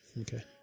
Okay